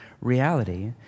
reality